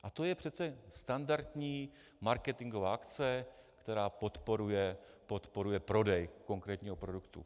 A to je přece standardní marketingová akce, která podporuje prodej konkrétního produktu.